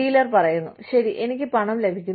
dealer പറയുന്നു ശരി എനിക്ക് പണം ലഭിക്കുന്നു